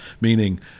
Meaning